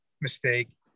mistake